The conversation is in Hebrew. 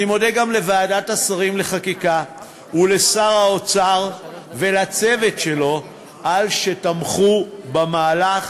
אני מודה גם לוועדת השרים לחקיקה ולשר האוצר ולצוות שלו על שתמכו במהלך,